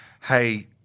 Hey